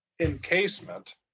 encasement